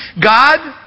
God